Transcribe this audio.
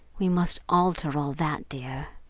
we must alter all that, dear.